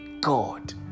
God